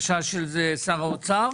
שר האוצר